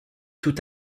tout